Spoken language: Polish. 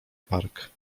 park